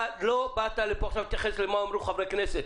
אתה לא באת לפה עכשיו להתייחס למה שאמרו חברי כנסת,